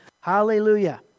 hallelujah